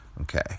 Okay